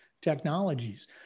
technologies